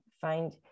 find